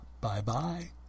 Bye-bye